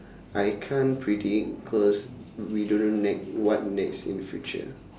I can't predict cause we don't know ne~ what next in future